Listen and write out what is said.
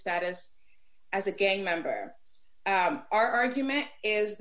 status as a gang member and our argument is